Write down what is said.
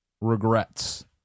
Regrets